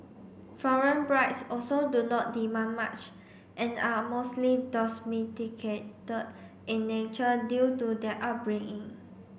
foreign brides also do not demand much and are mostly in nature due to their upbringing